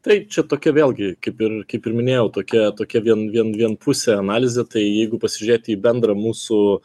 tai čia tokia vėlgi kaip ir kaip ir minėjau tokia tokia vien vien vienpusė analizė tai jeigu pasižiūrėt į bendrą mūsų